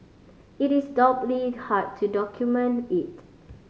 it is doubly hard to document it